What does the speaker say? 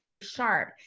sharp